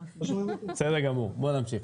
בסדר גמור, בואו נמשיך.